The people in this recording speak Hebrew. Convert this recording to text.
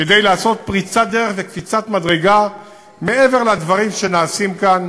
כדי לעשות פריצת דרך וקפיצת מדרגה מעבר לדברים שנעשים כאן